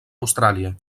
austràlia